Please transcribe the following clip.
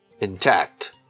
intact